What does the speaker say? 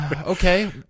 Okay